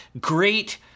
great